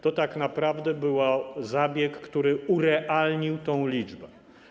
To tak naprawdę był zabieg, który urealnił tę liczbę.